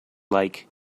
like